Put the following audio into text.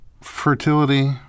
Fertility